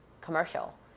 commercial